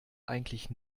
eigentlich